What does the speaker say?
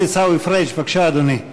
חבר הכנסת עיסאווי פריג' בבקשה, אדוני.